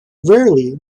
rarely